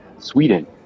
Sweden